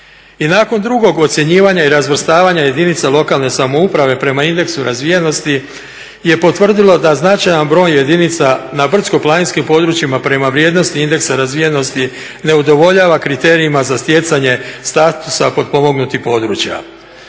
I nakon drugog ocjenjivanja i razvrstavanja jedinica lokalne samouprave prema indeksu razvijenosti je potvrdilo da značajan broj jedinica na brdsko-planinskim područjima prema vrijednosti indeksa razvijenosti ne udovoljava kriterijima za stjecanje statusa potpomognutih područja.